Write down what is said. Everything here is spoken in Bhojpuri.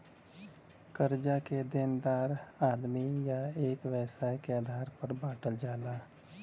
कर्जा के देनदार आदमी या एक व्यवसाय के आधार पर बांटल जाला